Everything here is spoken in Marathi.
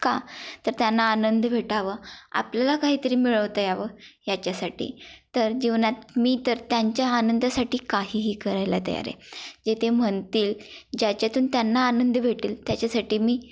का तर त्यांना आनंद भेटावं आपल्याला काही तरी मिळवता यावं याच्यासाठी तर जीवनात मी तर त्यांच्या आनंदासाठी काहीही करायला तयार आहे जे ते म्हणतील ज्याच्यातून त्यांना आनंद भेटेल त्याच्यासाठी मी